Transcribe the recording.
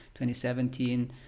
2017